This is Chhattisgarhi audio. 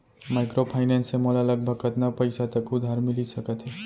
माइक्रोफाइनेंस से मोला लगभग कतना पइसा तक उधार मिलिस सकत हे?